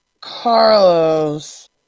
Carlos